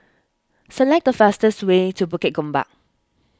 select the fastest way to Bukit Gombak